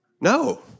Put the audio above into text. No